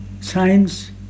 Science